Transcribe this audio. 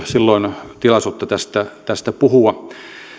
silloin tilaisuutta tästä tästä puhua